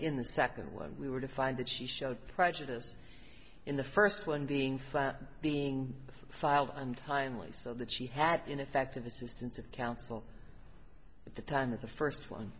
in the second one we were to find that she showed prejudice in the first one being being filed untimely so that she had ineffective assistance of counsel at the time of the first one